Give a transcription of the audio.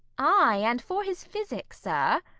ay, and for his physic, sir